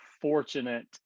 fortunate